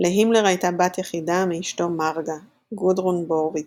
להימלר הייתה בת יחידה מאשתו מרגה גודרון בורוויץ.